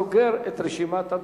תציג את הצעת החוק סגנית השר לענייני